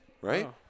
right